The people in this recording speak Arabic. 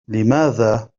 لماذا